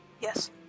Yes